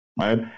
right